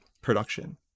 production